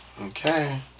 okay